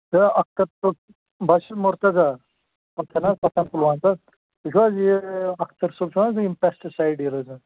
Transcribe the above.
یے اختر صٲب بہٕ ہا چھُس مُرتضیٰ پَتھَن حظ پَتھَن پُلوامہِ پٮ۪ٹھ تُہۍ چھُو حظ یہِ اَختر صٲب چھُو نہ تُہۍ یِم پٮ۪سٹٕسایڈ ڈیٖلَٲرز